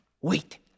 Wait